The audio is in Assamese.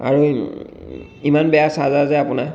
আৰু ইমান বেয়া চাৰ্জাৰ যে আপোনাৰ